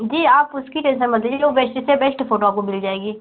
जी आप उसकी टेंसन मत लीजिए जो बेस्ट से बेस्ट फ़ोटो आपको मिल जाएगी